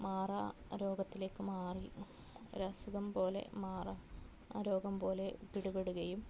മാറാ രോഗത്തിലേക്ക് മാറി ഒരസുഖം പോലെ മാറാ രോഗം പോലെ പിടിപെടുകയും